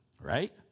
right